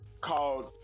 called